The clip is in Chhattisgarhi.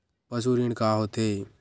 पशु ऋण का होथे?